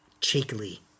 cheekily